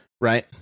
right